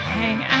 hang